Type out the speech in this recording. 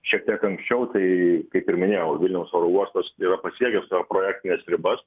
šiek tiek anksčiau tai kaip ir minėjau vilniaus oro uostas yra pasiekęs savo projektines ribas